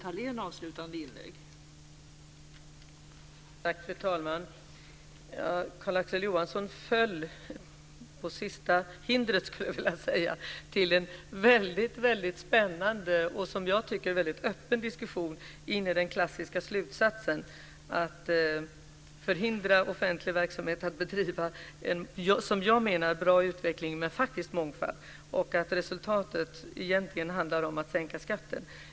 Fru talman! Carl-Axel Johansson föll på sista hindret, skulle jag vilja säga, i en väldigt spännande och som jag tycker väldigt i öppen diskussion och kom till den klassiska slutsatsen, att förhindra offentlig verksamhet att bedriva en som jag menar bra utveckling med faktisk mångfald och att resultatet blir att det egentligen handlar om att sänka skatter.